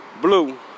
Blue